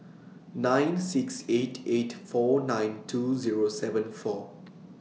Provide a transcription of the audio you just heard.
nine six eight eight four nine two Zero seven four